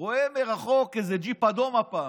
הוא רואה מרחוק איזה ג'יפ, אדום הפעם.